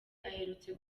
aherutse